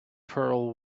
pearl